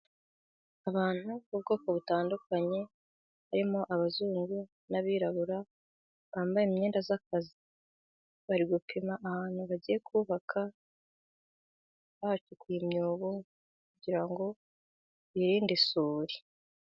Abantu b'ubwoko butandukanye harimo abazungu, n'abirabura, bambaye imyenda y'akazi, bari gupima ahantu bagiye kubaka, bahacukuye imyobo kugirango birinde isuri.